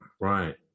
right